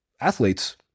athletes